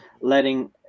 letting